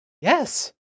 Yes